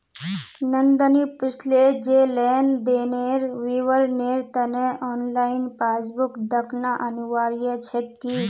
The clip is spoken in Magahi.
नंदनी पूछले जे लेन देनेर विवरनेर त न ऑनलाइन पासबुक दखना अनिवार्य छेक की